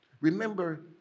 remember